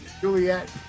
Juliet